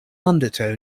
undertow